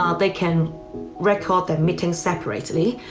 um they can record their meeting separately.